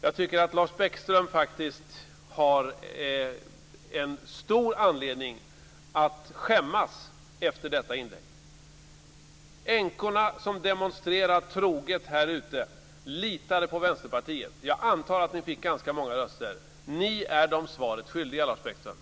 Jag tycker att Lars Bäckström faktiskt har en stor anledning att skämmas efter detta inlägg. Änkorna, som demonstrerat troget här ute, litade på Vänsterpartiet. Jag antar att ni fick ganska många röster. Ni är dem svaret skyldiga, Lars Bäckström.